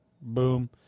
Boom